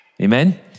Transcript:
Amen